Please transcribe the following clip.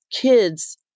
kids